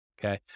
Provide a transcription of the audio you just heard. okay